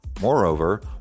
Moreover